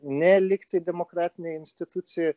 ne lyg tai demokratinėj institucijoj